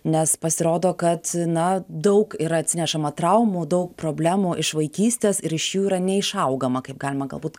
nes pasirodo kad na daug yra atsinešama traumų daug problemų iš vaikystės ir iš jų yra neišaugama kaip galima galbūt